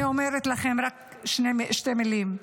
אני אומרת לכם רק שני שתי מילים: